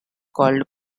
called